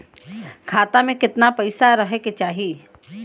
खाता में कितना पैसा रहे के चाही?